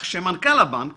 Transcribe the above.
שמנכ"ל הבנק